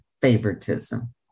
favoritism